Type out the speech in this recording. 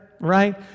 right